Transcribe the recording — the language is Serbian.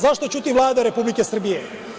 Zašto ćuti Vlada Republike Srbije?